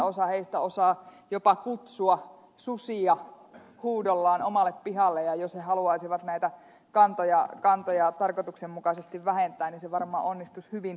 osa heistä osaa jopa kutsua susia huudollaan omalle pihalleen ja jos he haluaisivat näitä kantoja tarkoituksenmukaisesti vähentää niin se varmasti onnistuisi hyvin yksinkertaisesti